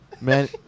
Man